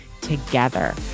together